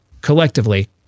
collectively